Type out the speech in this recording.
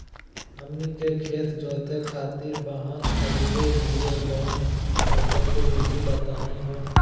हमनी के खेत जोते खातीर वाहन खरीदे लिये लोन लेवे के विधि बताही हो?